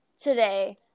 today